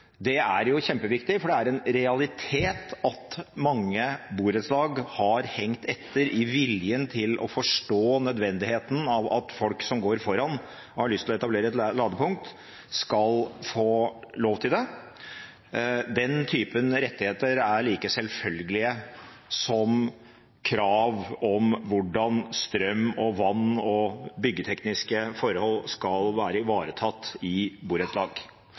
Det er kjempeviktig, for det er en realitet at mange borettslag har hengt etter i viljen til å forstå nødvendigheten av at folk som går foran og har lyst til å etablere et ladepunkt, skal få lov til det. Den typen rettigheter er like selvfølgelige som krav om hvordan strøm, vann og byggtekniske forhold skal være ivaretatt i borettslag.